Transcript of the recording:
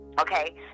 Okay